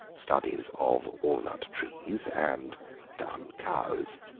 studies of walnut trees and dun cows.